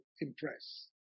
impress